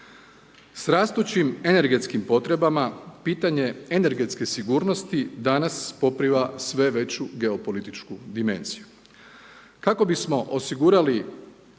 S rastućim energetskim potrebama pitanje energetske sigurnosti danas poprima sve veću geopolitičku dimenziju. Kako bismo osigurali